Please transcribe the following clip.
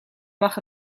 mag